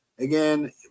Again